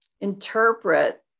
interpret